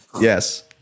Yes